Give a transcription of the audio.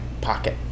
pocket